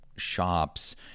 Shops